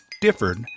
differed